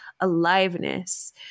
aliveness